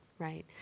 Right